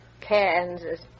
Kansas